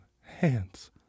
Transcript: hands